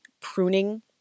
pruning